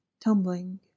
tumbling